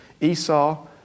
Esau